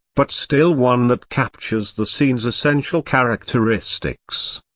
but still one that captures the scene's essential characteristics.